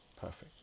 perfect